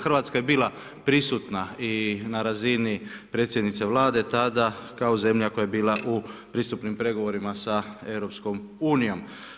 Hrvatska je bila prisutna i na razini predsjednice Vlade tada kao zemlja koja je bila u pristupnim pregovorima sa EU-om.